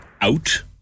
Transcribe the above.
out